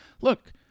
look